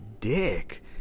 dick